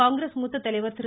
காங்கிரஸ் மூத்த தலைவர் திரு